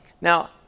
Now